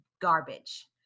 Garbage